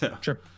Sure